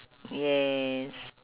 yes